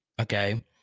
okay